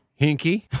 hinky